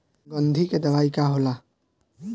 गंधी के दवाई का होला?